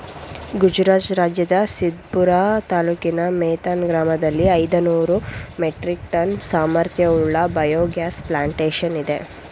ಗುಜರಾತ್ ರಾಜ್ಯದ ಸಿದ್ಪುರ ತಾಲೂಕಿನ ಮೇಥಾನ್ ಗ್ರಾಮದಲ್ಲಿ ಐದುನೂರು ಮೆಟ್ರಿಕ್ ಟನ್ ಸಾಮರ್ಥ್ಯವುಳ್ಳ ಬಯೋಗ್ಯಾಸ್ ಪ್ಲಾಂಟೇಶನ್ ಇದೆ